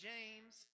James